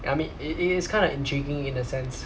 I mean i~ it is kind of intriguing in a sense